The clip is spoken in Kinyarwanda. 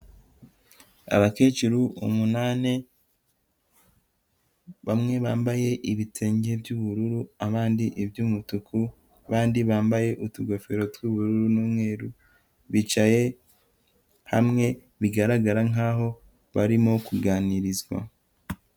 Abakecuru umunani bamwe bambaye ibitenge by'ubururu abandi iby'umutuku abandi bambaye utugofero tw'ubururu n'umweru bicaye hamwe bigaragara nk'aho barimo kuganirizwa.